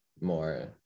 more